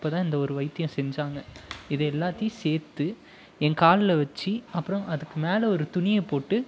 அப்போதான் இந்த ஒரு வைத்தியம் செஞ்சாங்க இது எல்லாத்தையும் சேர்த்து என் காலில் வச்சு அப்புறோம் அதுக்கு மேலே ஒரு துணியை போட்டு